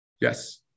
Yes